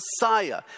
Messiah